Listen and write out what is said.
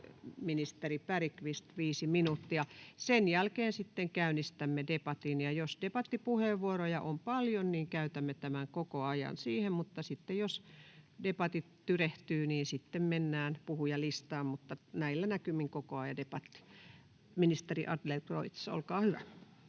ministeri Bergqvist, viisi minuuttia. Sen jälkeen sitten käynnistämme debatin, ja jos debattipuheenvuoroja on paljon, niin käytämme tämän koko ajan siihen, mutta jos debatit tyrehtyvät, niin sitten mennään puhujalistaan. Mutta näillä näkymin on koko ajan debatti. — Ministeri Adlercreutz, olkaa hyvä.